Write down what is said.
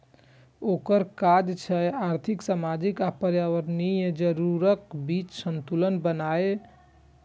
ओकर काज छै आर्थिक, सामाजिक आ पर्यावरणीय जरूरतक बीच संतुलन बनेनाय